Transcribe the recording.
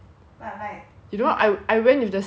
now that I realise